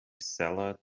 seller